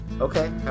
Okay